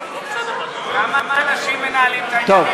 כמה אנשים מנהלים את העניינים,